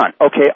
Okay